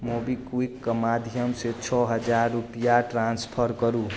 मोबीक्विकके माध्यम से छओ हजार रुपैआ ट्रान्सफर करू